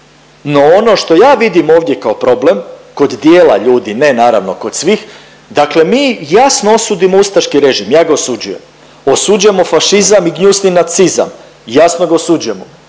No ono što ja vidim ovdje kao problem, kod dijela ljudi, ne naravno kod svih, dakle mi jasno osudimo ustaški režim, ja ga osuđujem, osuđujemo fašizam i gnjusni nacizam, jasno ga osuđujemo,